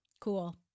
Cool